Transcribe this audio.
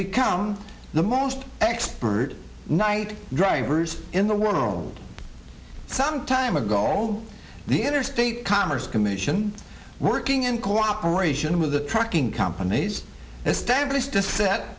become the most expert night drivers in the world some time ago the interstate commerce commission working in cooperation with the trucking companies established a set